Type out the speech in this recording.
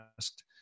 asked